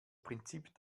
prinzip